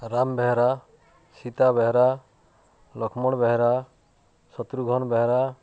Ram Behera Sita Behera Laxman Behera Shatrughan Behera